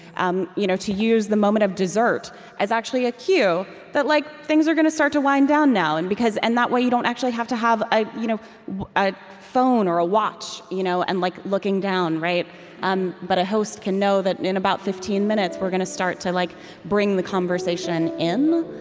um you know to use the moment of dessert as actually a cue that like things are gonna start to wind down now. and and that way, you don't actually have to have a you know a phone or a watch you know and like looking down, down, um but a host can know that in about fifteen minutes, we're gonna start to like bring the conversation in.